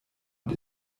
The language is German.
und